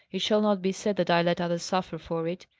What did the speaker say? it shall not be said that i let others suffer for it.